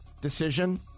decision